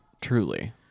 Truly